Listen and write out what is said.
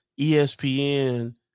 ESPN